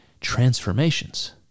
transformations